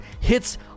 hits